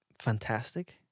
fantastic